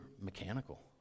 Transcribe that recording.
mechanical